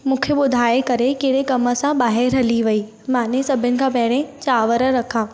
मूंखे ॿुधाइ करे कहिड़े कम सां ॿाहिरि हली वई माने सभिनि खां पहिरीं चांवर रखा